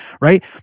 right